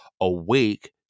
awake